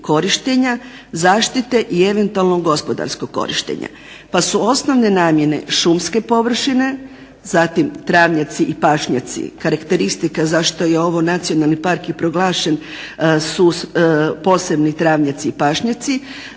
zaštite i eventualno gospodarsko korištenja. Pa su osnovne namjene šumske površine, zatim travnjaci i pašnjaci. Karakteristika zašto je ovo nacionalni park i proglašen posebni travnjaci i pašnjaci,